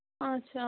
آچھا